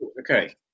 Okay